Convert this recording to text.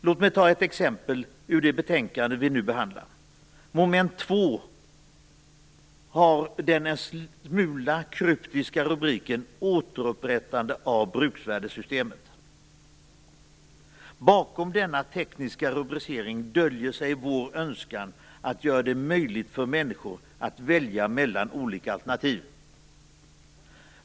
Låt mig ta ett exempel ur det betänkande vi nu behandlar. Mom. 2 har den en smula kryptiska rubriken: Återupprättande av bruksvärdessystemet. Bakom denna tekniska rubricering, döljer sig vår önskan att göra det möjligt för människor att välja mellan olika alternativ.